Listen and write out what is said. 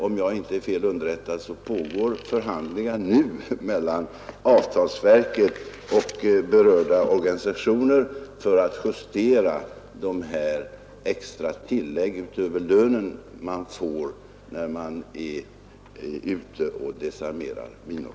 Om jag inte är fel underrättad pågår nu förhandlingar mellan avtalsverket och berörda organisationer för att justera dessa extra tillägg som man får utöver lönen när man är ute och desarmerar minor.